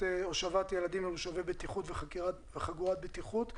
הושבת ילדים במושבי בטיחות וחגורת בטיחות.